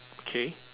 okay